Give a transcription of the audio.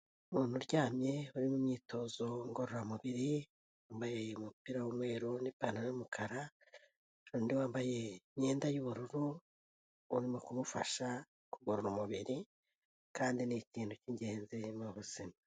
Umuntu uryamye uri mu imyitozo ngororamubiri wambaye umupira w'umweru n'ipantaro yumukara, undi wambaye imyenda y'ubururu urimo kumufasha kugorora umubiri kandi ni ikintu cy'ingenzi mu buzima.